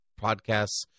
podcasts